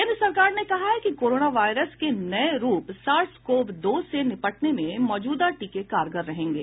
केन्द्र सरकार ने कहा है कि कोरोना वायरस के नये रूप सार्स कोव दो से निपटने में मौजूदा टीके कारगर रहेंगे